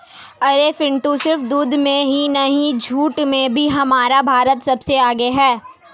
अरे पिंटू सिर्फ दूध में नहीं जूट में भी हमारा भारत सबसे आगे हैं